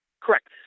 Correct